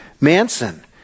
Manson